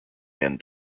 end